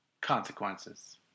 Consequences